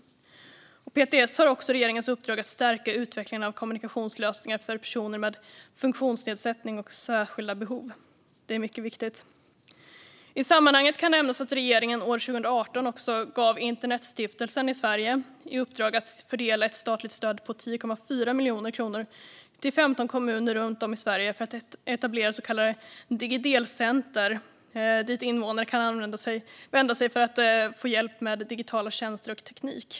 PTS har också regeringens uppdrag att stärka utvecklingen av kommunikationslösningar för personer med funktionsnedsättning och särskilda behov. Detta är mycket viktigt. I sammanhanget kan nämnas att regeringen år 2018 gav Internetstiftelsen i Sverige i uppdrag att fördela ett statligt stöd på 10,4 miljoner kronor till 15 kommuner runt om i Sverige för att etablera så kallade digidelcenter dit invånare kan vända sig för att få hjälp med digitala tjänster och teknik.